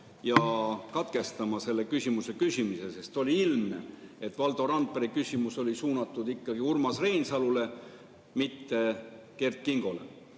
ja katkestama selle küsimuse küsimise? Oli ilmne, et Valdo Randpere küsimus oli suunatud Urmas Reinsalule, mitte Kert Kingole.